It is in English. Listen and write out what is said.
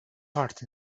heart